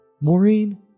Maureen